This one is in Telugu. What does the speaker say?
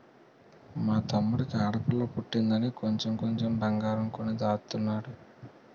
మా తమ్ముడికి ఆడపిల్ల పుట్టిందని కొంచెం కొంచెం బంగారం కొని దాచుతున్నాడు